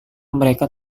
mereka